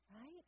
Right